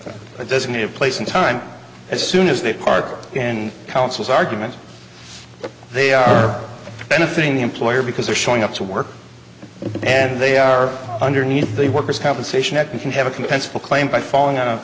at a designated place and time as soon as they park in council's argument they are benefiting the employer because they're showing up to work and they are underneath the workers compensation that we can have a compensable claim by falling on a